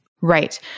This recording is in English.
Right